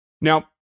Now